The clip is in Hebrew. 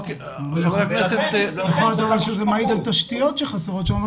אולי זה מעיד על תשתיות שחסרות שם,